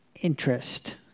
interest